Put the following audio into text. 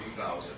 2000